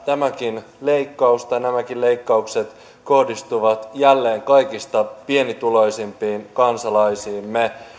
tämäkin leikkaus tai nämäkin leikkaukset kohdistuvat jälleen kaikista pienituloisimpiin kansalaisiimme